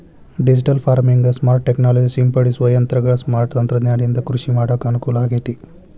digital farming, smart technology ಸಿಂಪಡಿಸುವ ಯಂತ್ರಗಳ smart ತಂತ್ರಜ್ಞಾನದಿಂದ ಕೃಷಿ ಮಾಡಾಕ ಅನುಕೂಲಾಗೇತಿ